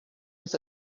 was